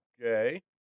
Okay